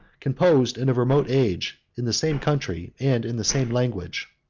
composed in a remote age, in the same country, and in the same language.